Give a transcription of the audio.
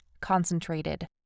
concentrated